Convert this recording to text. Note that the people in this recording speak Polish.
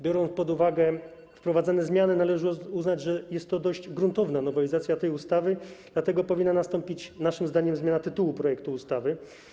Biorąc pod uwagę wprowadzane zmiany, należy uznać, że jest to dość gruntowna nowelizacja tej ustawy, dlatego powinna nastąpić naszym zdaniem zmiana tytułu projektu ustawy.